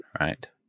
right